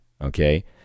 okay